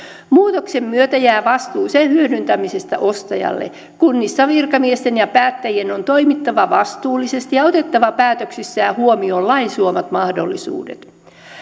muutoksen myötä jää vastuu sen hyödyntämisestä ostajalle kunnissa virkamiesten ja päättäjien on toimittava vastuullisesti ja otettava päätöksissään huomioon lain suomat mahdollisuudet